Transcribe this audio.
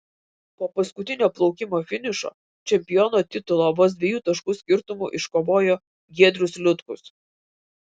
po paskutinio plaukimo finišo čempiono titulą vos dviejų taškų skirtumu iškovojo giedrius liutkus